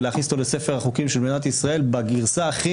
ולהכניס אותו לספר החוקים של מדינת ישראל בגרסה הכי